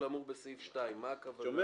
לאמור בסעיף קטן (2);"; למה הכוונה?